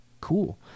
cool